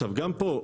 גם פה,